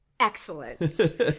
excellent